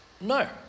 No